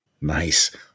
nice